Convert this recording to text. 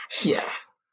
Yes